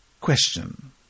Question